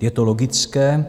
Je to logické,